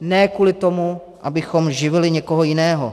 ne kvůli tomu, abychom živili někoho jiného.